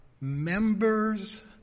members